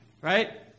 right